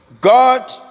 God